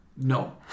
No